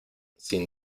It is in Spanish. sin